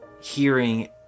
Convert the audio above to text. hearing